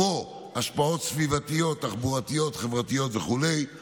כמו השפעות סביבתיות, תחבורתיות, חברתיות וכו';